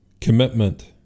Commitment